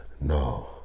no